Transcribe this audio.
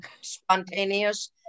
spontaneous